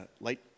light